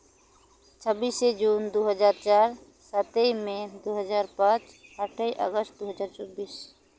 ᱪᱷᱟᱵᱵᱤᱥᱮ June ᱫᱩ ᱦᱟᱡᱟᱨ ᱪᱟᱨ ᱥᱟᱛᱮᱭ ᱢᱮ ᱫᱩ ᱦᱟᱡᱟᱨ ᱯᱟᱸᱪ ᱟᱴᱮᱭ ᱟᱜᱚᱥᱴ ᱫᱩ ᱦᱟᱡᱟᱨ ᱪᱚᱵᱵᱤᱥ